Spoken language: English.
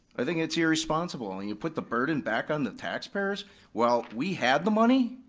i think it's irresponsible, and you put the burden back on the taxpayers while we had the money.